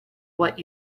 what